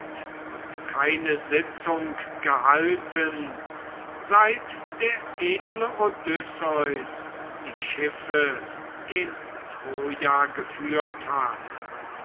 und keine sitzung gehalten seit der edle odysseus die schiffe gen troja geführt hat